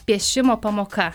piešimo pamoka